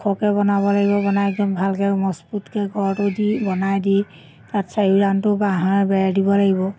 ওখকৈ বনাব লাগিব বনাই একদম ভালকৈ মজবুতকৈ ঘৰটো দি বনাই দি তাত চাৰিওকাণটো বাঁহৰ বেৰ দিব লাগিব